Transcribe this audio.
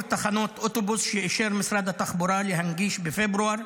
תחנות אוטובוס שאישר משרד התחבורה להנגיש בפברואר